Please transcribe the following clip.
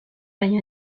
año